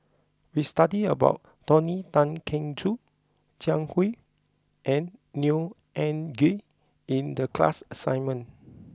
we studied about Tony Tan Keng Joo Jiang Hu and Neo Anngee in the class assignment